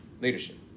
leadership